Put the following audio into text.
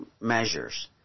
measures